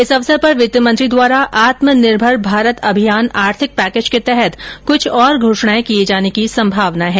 इस अवसर पर वित्त मंत्री द्वारा आत्मनिर्भर भारत अभियान आर्थिक पैकेज के तहत क्छ और घोषणाएं किये जाने की संभावना है